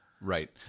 Right